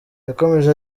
yakomeje